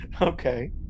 Okay